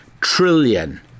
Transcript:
trillion